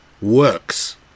works